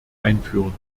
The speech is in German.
einführen